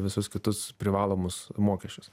visus kitus privalomus mokesčius